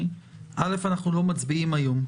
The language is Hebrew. קודם כול אנחנו לא מצביעים היום.